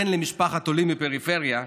בן למשפחת עולים בפריפריה,